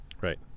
Right